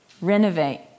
renovate